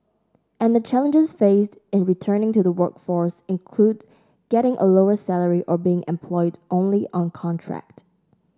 and the challenges faced in returning to the workforce include getting a lower salary or being employed only on contract